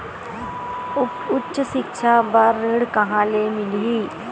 उच्च सिक्छा बर ऋण कहां ले मिलही?